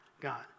God